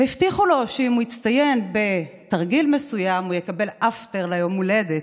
הבטיחו לו שאם הוא יצטיין בתרגיל מסוים הוא יקבל אפטר ליום ההולדת.